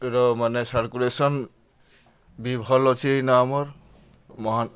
ର ମାନେ ସାର୍କୁଲେସନ୍ ବି ଭଲ୍ ଅଛେ ଇନ ଆମର୍ ମହା